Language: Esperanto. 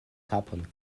kapon